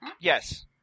Yes